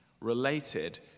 related